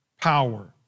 power